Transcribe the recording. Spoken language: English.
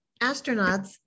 astronauts